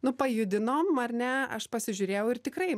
nu pajudinom ar ne aš pasižiūrėjau ir tikrai